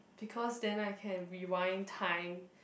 because then I can rewind time